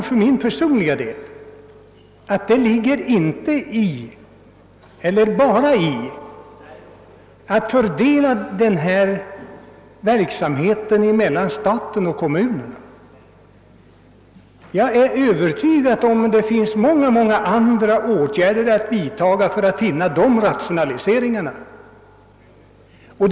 För min personliga del tror jag emellertid inte att man kan uppnå detta genom att fördela vägbyggandet mellan staten och kommunerna. Jag är övertygad om att det finns många andra åtgärder att vidtaga för att bättre vinna rationaliseringsvinster.